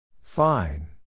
Fine